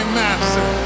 master